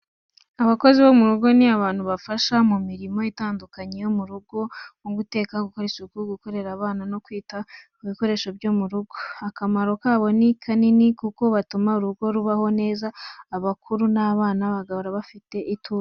Abakozi bo mu rugo ni abantu bafasha mu mirimo itandukanye yo mu rugo, nko guteka, gukora isuku, kurera abana no kwita ku bikoresho byo mu rugo. Akamaro kabo ni kanini kuko batuma urugo rubaho neza, abakuru n’abana bagahora bafite ituze.